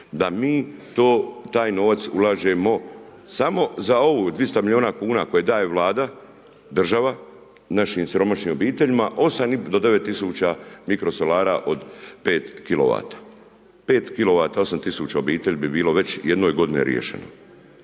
da mi to, taj novac ulažemo samo za ovu, 200 milijuna kuna koje daje Vlada, država, našim siromašnim obiteljima 8 do 9 tisuća mikrosolara od 5 kilovata. 5 kilovata 8 tisuća obitelji bi bilo već jedne godine riješeno.